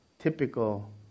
typical